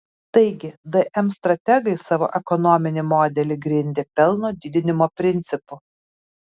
taigi dm strategai savo ekonominį modelį grindė pelno didinimo principu